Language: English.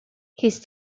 his